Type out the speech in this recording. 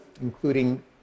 including